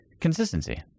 consistency